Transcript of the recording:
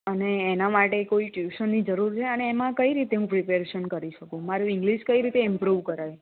અને એના માટે કોઈ ટ્યૂશનની જરૂર રહે અને એમાં કઈ રીતે હું પ્રીપેરેશન કરી શકું મારું ઇંગ્લિશ કઈ રીતે ઇમ્પ્રુવ કરાય